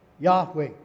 Yahweh